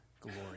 glory